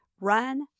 run